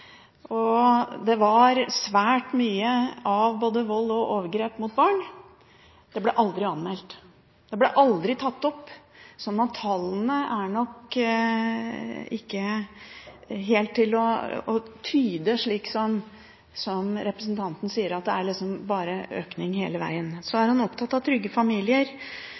og det var svært mye av både vold og overgrep mot barn, men det ble aldri anmeldt; det ble aldri tatt opp. Så tallene kan nok ikke tydes helt slik som representanten sier, at det bare er en økning hele veien. Så er han opptatt av trygge familier.